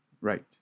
Right